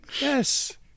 Yes